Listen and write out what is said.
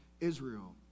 Israel